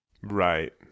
Right